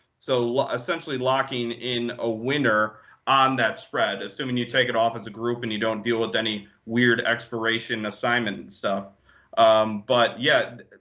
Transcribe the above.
so essentially locking in a winner on that spread, assuming you take it off as a group and you don't deal with any weird expiration assignment. and um but yeah,